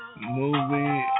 Movie